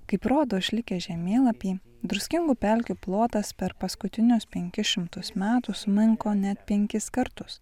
kaip rodo išlikę žemėlapiai druskingų pelkių plotas per paskutinius penkis šimtus metų sumenko net penkis kartus